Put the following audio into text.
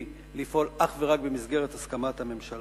היא לפעול אך ורק במסגרת הסכמת הממשלה,